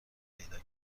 پیدا